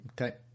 Okay